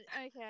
Okay